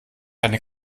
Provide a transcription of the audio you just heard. eine